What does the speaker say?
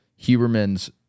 Huberman's